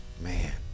man